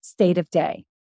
stateofday